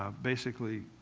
ah basically,